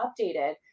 updated